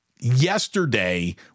yesterday